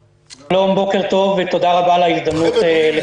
בוקר טוב, ותודה רבה על ההזדמנות.